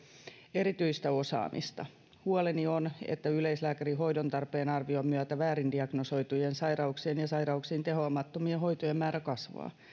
erityistä osaamista huoleni on että yleislääkärin hoidon tarpeen arvion myötä väärin diagnosoitujen sairauksien ja sairauksiin tehoamattomien hoitojen määrä kasvaa